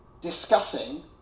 discussing